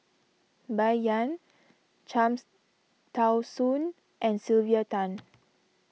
Bai Yan Cham's Tao Soon and Sylvia Tan